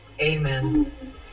Amen